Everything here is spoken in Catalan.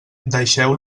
deixeu